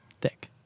thick